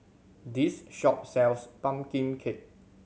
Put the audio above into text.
this shop sells pumpkin cake